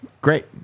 great